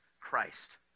Christ